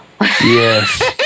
yes